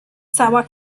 cała